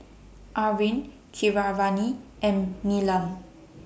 Arvind Keeravani and Neelam